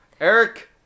Eric